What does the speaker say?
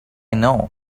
know